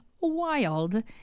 wild